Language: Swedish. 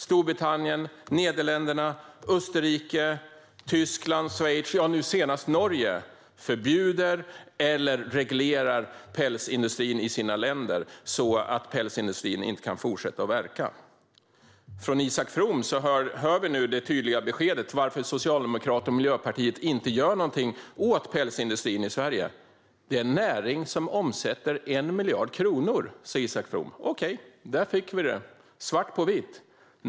Storbritannien, Nederländerna, Österrike, Tyskland, Schweiz och nu senast Norge förbjuder eller reglerar pälsindustrin i sina länder så att pälsindustrin inte kan fortsätta att verka. Från Isak From får vi dock ett tydligt besked om varför Socialdemokraterna och Miljöpartiet inte gör något åt pälsindustrin i Sverige: Näringen omsätter 1 miljard kronor. Okej, nu fick vi det svart på vitt.